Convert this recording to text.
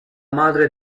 madre